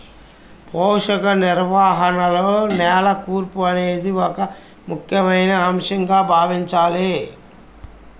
పోషక నిర్వహణలో నేల కూర్పు అనేది ఒక ముఖ్యమైన అంశంగా భావించాలి